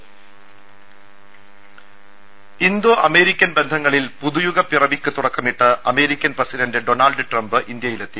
വാർത്തകൾ വിശദമായി Indo American ബന്ധങ്ങളിൽ പുതുയുഗപ്പിറവിക്ക് തുടക്കമിട്ട് അമേരിക്കൻ പ്രസിഡന്റ് ഡൊണാൾഡ് ട്രംപ് ഇന്ത്യയിലെത്തി